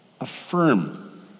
Affirm